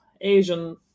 Asian